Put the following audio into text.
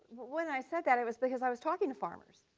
when i said that, it was because i was talking to farmers.